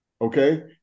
okay